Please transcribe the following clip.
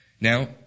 Now